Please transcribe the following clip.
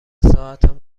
ساعتم